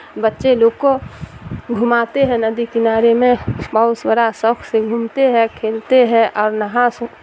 بچے لوگ کو گھماتے ہیں ندی کنارے میں بڑا شوق سے گھومتے ہیں کھیلتے ہیں اور نہا سو